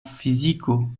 fiziko